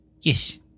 Yes